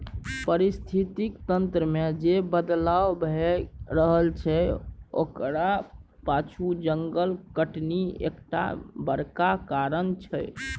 पारिस्थितिकी तंत्र मे जे बदलाव भए रहल छै ओकरा पाछु जंगल कटनी एकटा बड़का कारण छै